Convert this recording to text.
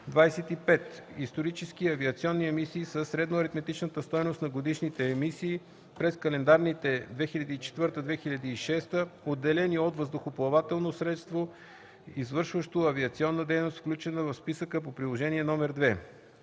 25. „Исторически авиационни емисии” са средноаритметичната стойност на годишните емисии през календарните години 2004-2006, отделени от въздухоплавателно средство, извършващо авиационна дейност, включена в списъка по приложение № 2.